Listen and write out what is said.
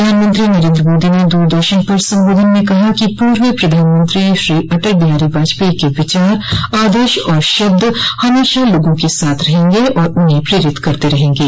प्रधानमंत्री नरेन्द्र मोदी ने दूरदर्शन पर संबोधन में कहा कि पूर्व प्रधानमंत्री श्री अटल बिहारी वाजपेयी के विचार आदर्श और शब्द हमेशा लोगों के साथ रहेंगे और उन्हें प्रेरित करते रहेंगे